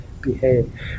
behave